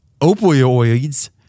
opioids